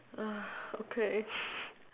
ah okay